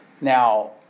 Now